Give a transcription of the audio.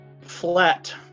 flat